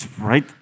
right